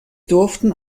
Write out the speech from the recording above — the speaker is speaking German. durften